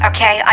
Okay